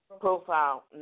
Profile